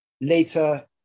later